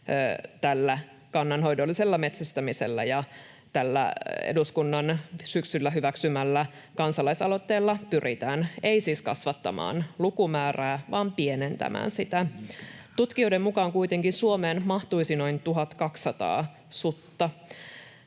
kannanhoidollisella metsästämisellä ja tällä eduskunnan syksyllä hyväksymällä kansalaisaloitteella pyritään: ei siis kasvattamaan lukumäärää vaan pienentämään sitä. Tutkijoiden mukaan kuitenkin Suomeen mahtuisi noin 1 200 sutta,